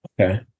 Okay